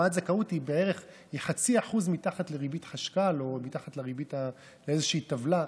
הלוואת זכאות היא 0.5% מתחת לריבית חשכ"ל או מתחת לריבית באיזושהי טבלה.